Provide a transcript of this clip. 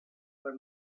per